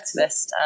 activist